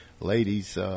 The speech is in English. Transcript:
ladies